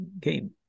game